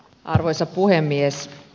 arvoisa puhemies